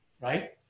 right